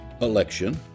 election